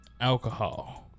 alcohol